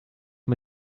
mal